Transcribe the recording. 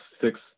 six